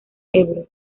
ebro